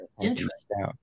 Interesting